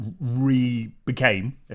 re-became